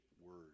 word